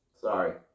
sorry